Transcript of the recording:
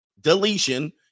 deletion